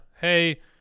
hey